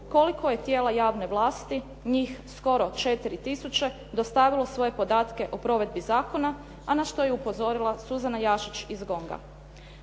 koliko je tijela javne vlasti njih skoro 4 tisuće dostavilo svoje podatke o provedbi zakona, a na što je upozorila Suzana Jašić iz GONG-a.